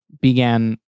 began